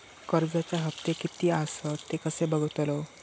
कर्जच्या हप्ते किती आसत ते कसे बगतलव?